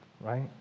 right